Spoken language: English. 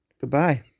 Goodbye